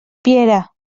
piera